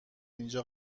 اینجا